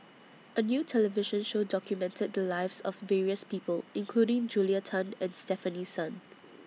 A New television Show documented The Lives of various People including Julia Tan and Stefanie Sun